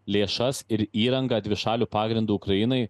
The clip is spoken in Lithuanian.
lėšas ir įrangą dvišaliu pagrindu ukrainai